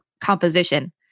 composition